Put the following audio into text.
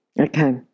Okay